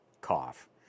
cough